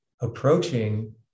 approaching